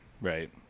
Right